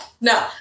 No